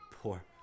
Poor